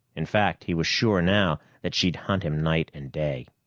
in fact, he was sure now that she'd hunt him night and day.